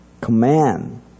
command